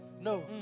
No